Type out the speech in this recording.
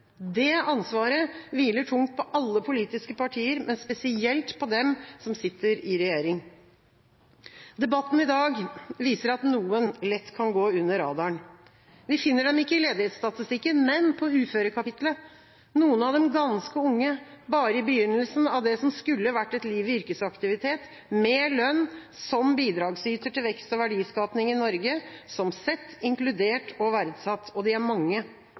Det ansvaret hviler tungt på alle politiske partier, men spesielt på dem som sitter i regjering. Debatten i dag viser at noen lett kan gå under radaren. Vi finner dem ikke i ledighetsstatistikken, men på uførekapitlet, noen av dem ganske unge, bare i begynnelsen av det som skulle vært et liv i yrkesaktivitet, med lønn, som bidragsyter til vekst og verdiskaping i Norge – som sett, inkludert og verdsatt. Og de er mange.